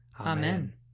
Amen